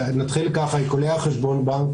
עיקולי חשבון הבנק